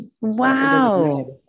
Wow